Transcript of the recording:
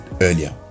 earlier